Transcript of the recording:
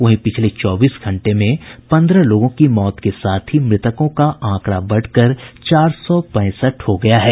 वहीं पिछले चौबीस घंटे में पन्द्रह लोगों की मौत के साथ ही मृतकों का आंकड़ा बढ़कर चार सौ पैंसठ हो गया है